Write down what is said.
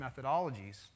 methodologies